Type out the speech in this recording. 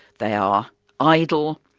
they are idle,